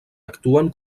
actuen